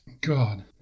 God